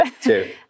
Two